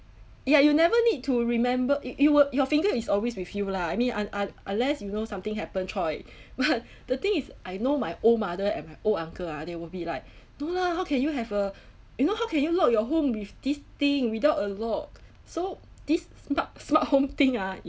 ya you never need to remember you you will your finger is always with you lah I mean un~ unless you know something happen choi but the thing is I know my old mother and my old uncle ah they will be like no lah how can you have a you know how can you lock your home with this thing without a lock so this smart smart home thing ah